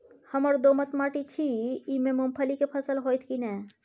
हमर दोमट माटी छी ई में मूंगफली के फसल होतय की नय?